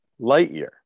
Lightyear